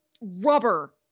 rubber